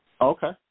Okay